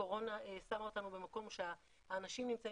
הקורונה שמה אותנו במקום שהאנשים נמצאים